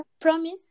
Promise